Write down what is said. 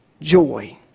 joy